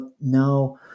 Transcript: now